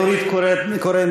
נורית קורן,